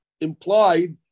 implied